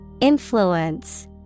Influence